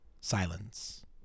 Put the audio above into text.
Silence